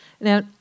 Now